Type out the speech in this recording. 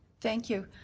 thank you.